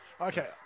Okay